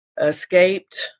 escaped